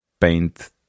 paint